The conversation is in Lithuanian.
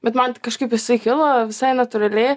bet man kažkaip jisai kilo visai natūraliai